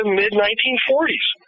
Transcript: mid-1940s